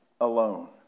alone